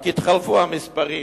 רק התחלפו המספרים.